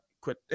quit